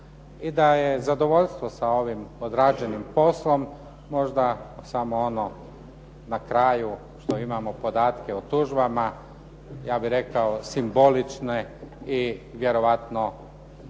I da je zadovoljstvo sa ovim odrađenim poslom možda samo ono na kraju što imamo podatke o tužbama, ja bih rekao simbolične i vjerojatno koji